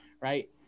Right